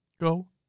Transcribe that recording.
Go